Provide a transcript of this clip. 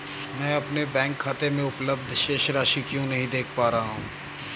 मैं अपने बैंक खाते में उपलब्ध शेष राशि क्यो नहीं देख पा रहा हूँ?